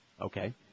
Okay